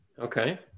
Okay